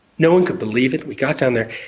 no one could believe it, we got down there,